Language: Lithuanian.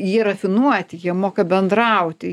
jie rafinuoti jie moka bendrauti